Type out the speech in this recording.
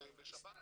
בשבת,